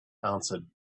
answered